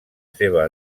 seva